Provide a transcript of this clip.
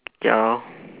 ya lor